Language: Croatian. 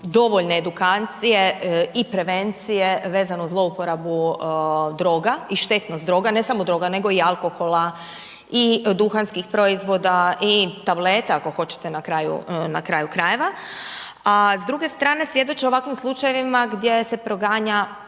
dovoljne edukacije i prevencije vezano za zlouporabu droga i štetnost droga, ne samo droga nego i alkohola i duhanskih proizvoda i tableta ako hoćete na kraju krajeva. A s druge strane svjedoče ovakvim slučajevima, gdje se proganja,